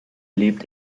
lebt